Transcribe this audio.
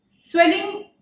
Swelling